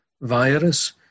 virus